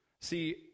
See